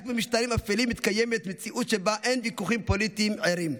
רק במשטרים אפלים מתקיימת מציאות שבה אין ויכוחים פוליטיים ערים,